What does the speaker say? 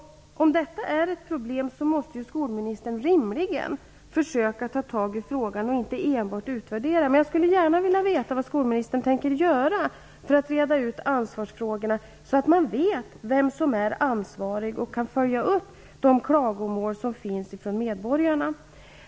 Om detta är ett problem måste ju skolministern rimligen försöka att ta itu med frågan och inte enbart utvärdera. Men jag skulle gärna vilja veta vad skolministern tänker göra för att reda ut ansvarsfrågorna så att man vet vem som är ansvarig och kan följa upp de klagomål som kommer från medborgarna.